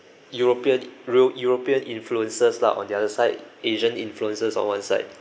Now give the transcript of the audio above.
european eu~ european influences lah on the other side asian influences on one side